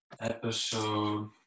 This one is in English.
Episode